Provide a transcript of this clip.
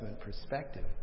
perspective